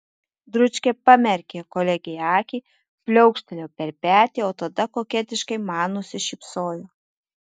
dručkė pamerkė kolegei akį pliaukštelėjo per petį o tada koketiškai man nusišypsojo